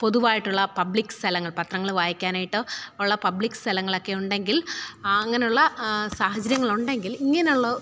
പൊതുവായിട്ടുള്ള പബ്ലിക് സ്ഥലങ്ങള് പത്രങ്ങൾ വായിക്കാനായിട്ട് ഉള്ള പബ്ലിക് സ്ഥലങ്ങളൊക്കെ ഉണ്ടെങ്കില് ആ അങ്ങനെയുള്ള സാഹചര്യങ്ങള് ഉണ്ടെങ്കില് ഇങ്ങനെയുള്ള